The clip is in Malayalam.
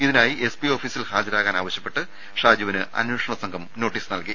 ഇതിനായി എസ്പി ഓഫീസിൽ ഹാജരാകാൻ ആവശ്യപ്പെട്ട് ഷാജുവിന് അന്വേഷണ സംഘം നോട്ടീസ് നൽകി